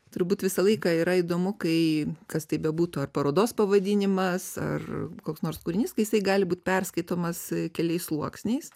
turbūt visą laiką yra įdomu kai kas tai bebūtų ar parodos pavadinimas ar koks nors kūrinys kai jisai gali būt perskaitomas keliais sluoksniais